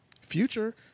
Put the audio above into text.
Future